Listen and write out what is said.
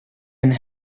and